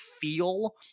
feel